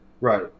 Right